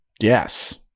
Yes